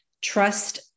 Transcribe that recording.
Trust